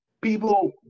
people